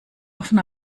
offen